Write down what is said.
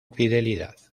fidelidad